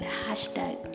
hashtag